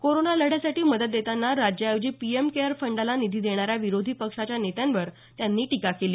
corona लढ्यासाठी मदत देताना राज्याऐवजी पीएम केअर फंडाला निधी देणाऱ्या विरोधी पक्षाच्या नेत्यांवर त्यांनी टीका केली